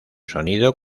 sonido